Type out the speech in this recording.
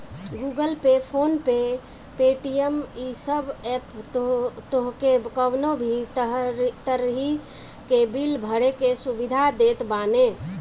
Google Pay, PhonePe, Paytm इ सब app तोहके कवनो भी तरही के बिल भरे के सुविधा देत बाने